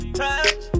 touch